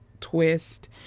twist